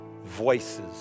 voices